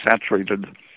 saturated